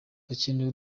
hakenewe